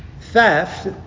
Theft